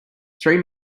three